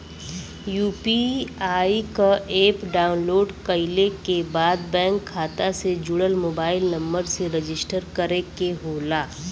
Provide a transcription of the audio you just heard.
UPI क app download कइले के बाद बैंक खाता से जुड़ल मोबाइल नंबर से रजिस्टर करे के होला